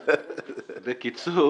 התשע"ט-2018,